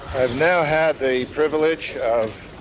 i've now had the privilege of